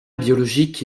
biologique